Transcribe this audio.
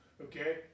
okay